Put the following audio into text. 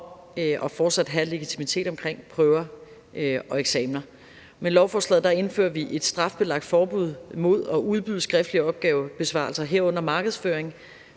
og fortsat have legitimitet omkring prøver og eksamener. Med lovforslaget indfører vi et strafbelagt forbud mod at udbyde skriftlige opgavebesvarelser, herunder markedsføring,